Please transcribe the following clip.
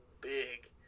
big